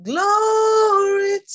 Glory